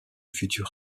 futur